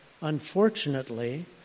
unfortunately